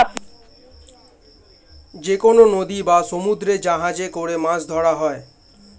যেকনো নদী বা সমুদ্রে জাহাজে করে মাছ ধরা হয়